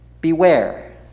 Beware